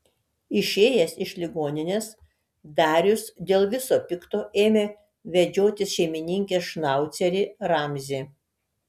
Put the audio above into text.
išėjęs iš ligoninės darius dėl viso pikto ėmė vedžiotis šeimininkės šnaucerį ramzį